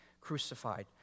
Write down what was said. crucified